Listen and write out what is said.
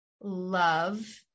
love